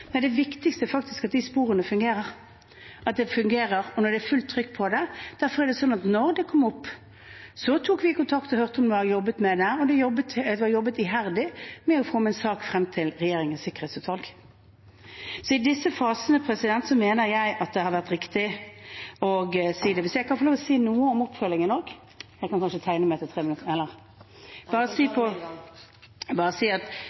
Det viktigste er faktisk at sporene fungerer, at det fungerer når det er fullt trykk på det. Derfor tok vi kontakt da det kom opp, og hørte om de jobbet med det, og da jobbet de iherdig med å fremme en sak til Regjeringens sikkerhetsutvalg. I disse fasene mener jeg at det har vært riktig å si det. Hvis jeg også kan få lov til å si noe om oppfølgingen – jeg må kanskje tegne meg til senere? Statsministeren kan ta det med en gang. Jeg vil bare si at